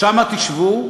שם תשבו,